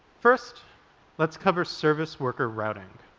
first let's cover service worker routing.